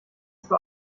zwar